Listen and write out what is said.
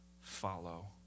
follow